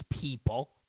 people